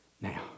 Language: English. Now